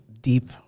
deep